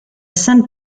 sainte